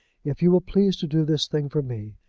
if you will please to do this thing for me,